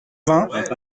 vingts